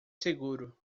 seguro